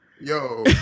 Yo